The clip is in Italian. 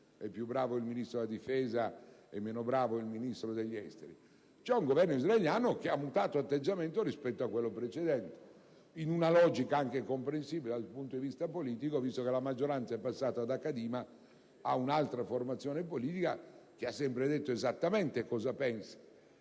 è più bravo il Ministro della difesa piuttosto che il Ministro degli affari esteri. Siamo di fronte ad un Governo israeliano che ha mutato atteggiamento rispetto al precedente in una logica anche comprensibile dal punto di vista politico, visto che la maggioranza è passata da Kadima ad un'altra formazione politica, che ha sempre detto esattamente cosa pensa.